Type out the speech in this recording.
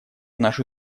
нашу